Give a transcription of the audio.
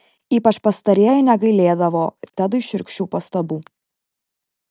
ypač pastarieji negailėdavo tedui šiurkščių pastabų